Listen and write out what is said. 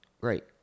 great